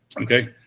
okay